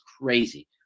crazy